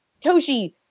Toshi